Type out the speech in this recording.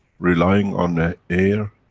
relying on the air,